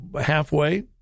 halfway